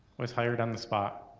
was hired on the spot.